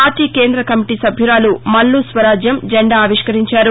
party కేంద్ర committee సభ్యురాలు మల్లు స్వరాజ్యం జెండా ఆవిష్కరించారు